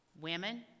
Women